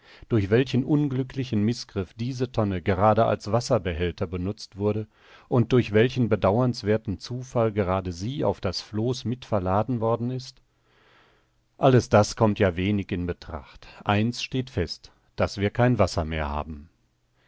durch welchen unglücklichen mißgriff diese tonne gerade als wasserbehälter benutzt wurde und durch welchen bedauernswerthen zufall gerade sie auf das floß mit verladen worden ist alles das kommt ja wenig in betracht eins steht fest daß wir kein wasser mehr haben